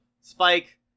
spike